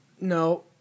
No